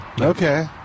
Okay